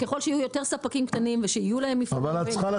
ככל שיהיו יותר ספקים ושיהיו להם מפעלים --- את צריכה